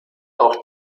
auch